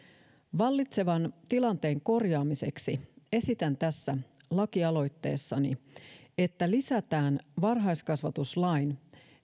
vallitsevan tilanteen korjaamiseksi esitän tässä lakialoitteessani että lisätään varhaiskasvatuslain